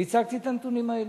והצגתי את הנתונים האלה.